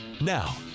Now